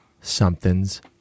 something's